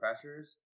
pressures